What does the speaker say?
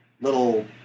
little